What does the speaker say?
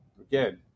again